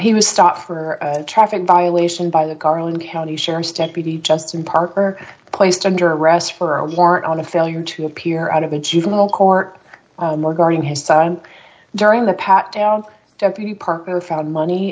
he was stopped for a traffic violation by the garland county sheriff's deputy justin parker placed under arrest for a warrant on a failure to appear out of a juvenile court guarding his son during the pat down deputy parker found money